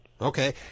Okay